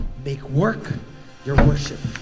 make work your worship.